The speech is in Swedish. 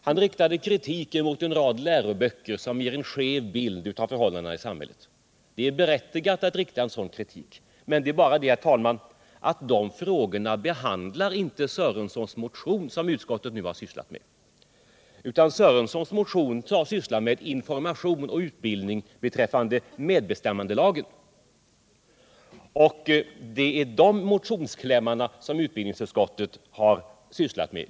Han riktade kritik mot en rad läroböcker som ger en skev bild av förhållandena i samhället. Det är berättigat att framföra en sådan kritik, men det är bara så herr talman, att dessa frågor inte behandlar herr Sörensons motion som utskottet nu har sysslat med. Lars-Ingvar Sörensons motion gäller information och utbildning beträffande medbestämmandelagen, och det är alltså dessa motionsklämmar som utskottet sysslat med.